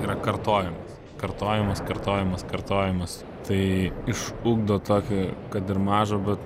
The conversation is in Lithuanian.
yra kartojimas kartojimas kartojimas kartojimas tai išugdo tokį kad ir mažą bet